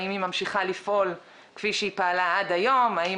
האם היא ממשיכה לפעול כפי שהיא פעלה עד היום; האם